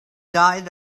diet